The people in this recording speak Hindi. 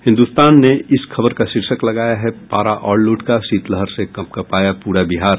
हिन्दुस्तान ने इस खबर का शीर्षक लगाया है पारा और लुढ़का शीतलहर से कंपकपाया पूरा बिहार